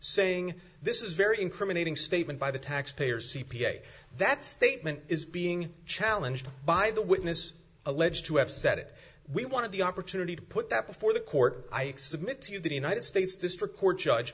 saying this is very incriminating statement by the taxpayer c p a that statement is being challenged by the witness alleged to have said we wanted the opportunity to put that before the court i exhibit to the united states district court judge